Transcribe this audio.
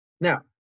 Now